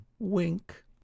Wink